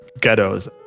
ghettos